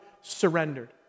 surrendered